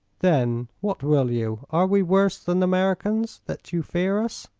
then, what will you? are we worse than americans, that you fear us?